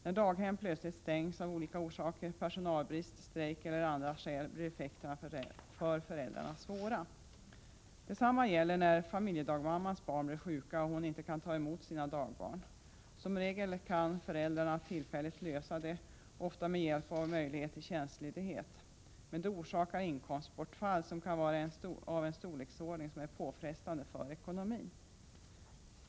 När daghem plötsligt stängs av olika orsaker, t.ex. personalbrist eller strejk, blir effekterna för föräldrarna svåra. Detsamma gäller när familjedagmammans barn blir sjuka och hon inte kan ta emot sina dagbarn. Som regel kan föräldrarna tillfälligt lösa det, ofta med hjälp av möjlighet till tjänstledighet. Men det orsakar inkomstbortfall som kan vara av en storleksordning som är påfrestande för ekonomin.